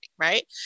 right